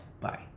Bye